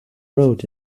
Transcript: road